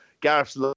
Gareth's